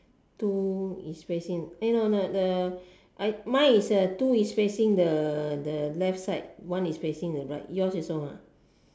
two is facing eh no no no the mine is a two is facing the left side one is facing the right side yours also ah